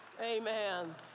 Amen